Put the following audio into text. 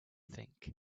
think